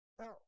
else